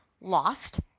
Lost